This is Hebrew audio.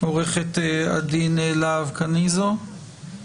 קצרות בענייני דיומא,